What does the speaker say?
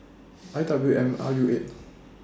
I W M R U eight